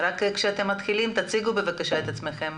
בבקשה תציגו את עצמכם.